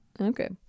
Okay